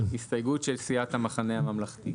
הסתייגות של סיעת המחנה הממלכתי.